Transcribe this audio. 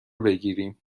بگیریم